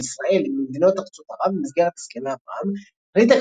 ישראל עם מדינות ארצות ערב במסגרת הסכמי אברהם החליטה